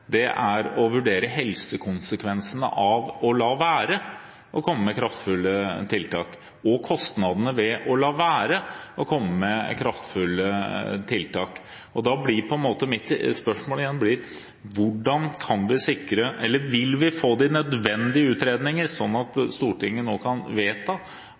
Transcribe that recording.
er å vurdere helsekonsekvensene av å la være å komme med kraftfulle tiltak og kostnadene ved å la være å komme med kraftfulle tiltak. Da blir mitt spørsmål igjen: Vil vi få de nødvendige utredninger sånn at Stortinget nå kan vedta